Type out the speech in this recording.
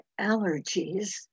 allergies